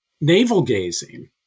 navel-gazing